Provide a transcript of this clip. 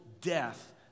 death